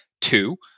Two